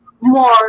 more